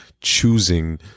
choosing